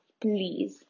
Please